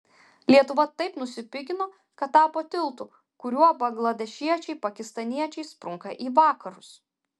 lietuva taip nusipigino kad tapo tiltu kuriuo bangladešiečiai pakistaniečiai sprunka į vakarus